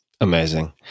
Amazing